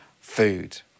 food